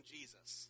Jesus